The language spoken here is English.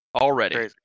Already